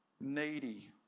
needy